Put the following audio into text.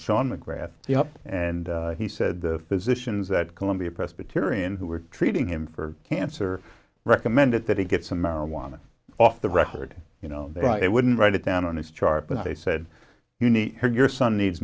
shawn macgrath the up and he said the physicians that columbia presbyterian who were treating him for cancer recommended that he get some marijuana off the record you know i wouldn't write it down on this chart but they said you need your son needs